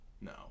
No